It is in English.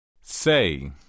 Say